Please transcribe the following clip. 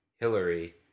hillary